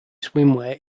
swimwear